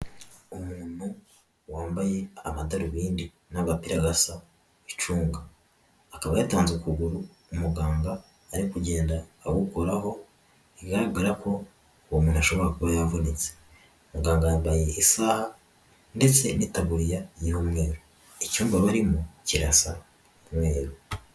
Umuntu wambaye amadarubindi n'agapira gasa icunga, akaba yatanze ukuguru umuganga ari kugenda agukoraho, bigaragara ko uwo muntu ashobora kuba yavunitse, muganga yambaye isaha ndetse n'itaburiya y'umweru, icyumba barimo kirasa umweru.